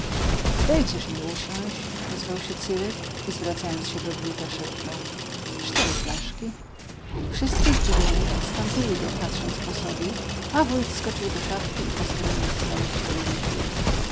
dejcież mi usiąść ozwał się cyrek i zwracając się do wójta szepnął cztery flaszki wszyscy ździwieni odstąpili go patrząc po sobie a wójt skoczył do szafki i postawił na stole cztery litry